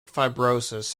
fibrosis